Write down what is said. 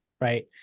right